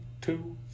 two